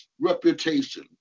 reputation